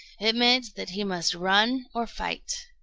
it meant that he must run or fight.